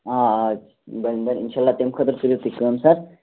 آ آ بَنہِ بَنہِ اِنشاء اللہ تَمہِ خٲطرٕ کٔرِو تُہۍ کٲم سر